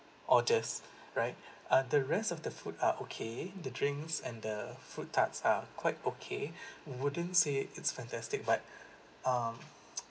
orders right uh the rest of the food are okay the drinks and the fruit tarts are quite okay wouldn't say it's fantastic but um